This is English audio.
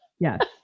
Yes